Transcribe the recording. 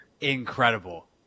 incredible